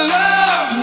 love